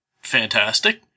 fantastic